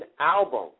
album